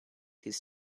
his